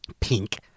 pink